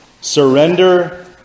Surrender